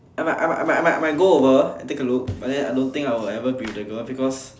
I might I might I might I might go over and take a look but then I don't think I will ever be with the girl because